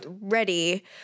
ready